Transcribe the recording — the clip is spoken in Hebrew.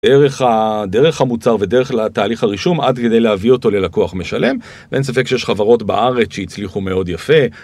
דרך המוצר ודרך לתהליך הרישום עד כדי להביא אותו ללקוח משלם ואין ספק שיש חברות בארץ שהצליחו מאוד יפה.